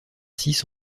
six